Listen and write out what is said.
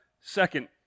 second